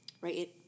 Right